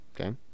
okay